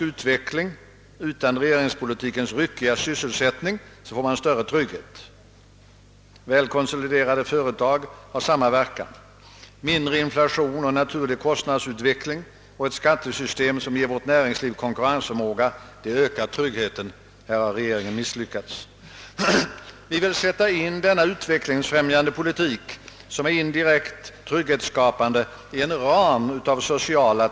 Detta påstående verkar höjt över allt förnuft». Herr Wickman påstår att »banken inrättas på försök under ett år». Den skall få existera under tolv månader och sedan skall den avskaffas. Detta felaktiga påstående har direkt tillrättalagts i uttalanden från vårt håll.